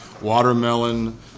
watermelon